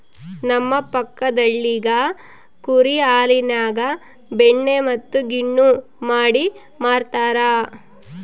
ನಮ್ಮ ಪಕ್ಕದಳ್ಳಿಗ ಕುರಿ ಹಾಲಿನ್ಯಾಗ ಬೆಣ್ಣೆ ಮತ್ತೆ ಗಿಣ್ಣು ಮಾಡಿ ಮಾರ್ತರಾ